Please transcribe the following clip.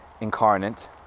incarnate